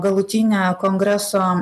galutinė kongreso